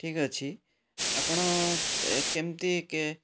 ଠିକ୍ ଅଛି ଆପଣ କେମିତି କେ